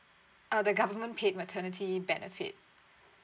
uh the government paid maternity benefit